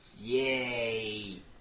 Yay